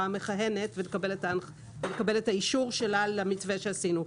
המכהנת ולקבל את האישור שלה למתווה שעשינו.